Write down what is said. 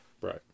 Right